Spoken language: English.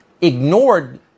ignored